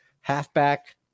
halfback